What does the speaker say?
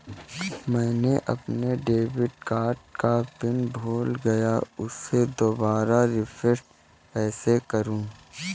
मैंने अपने debit card का पिन भूल गई, उसे दोबारा रीसेट कैसे करूँ?